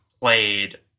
played